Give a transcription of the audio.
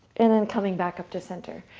and then coming back up to center.